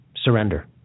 surrender